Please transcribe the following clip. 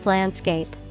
Landscape